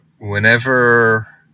whenever